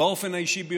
באופן האישי ביותר.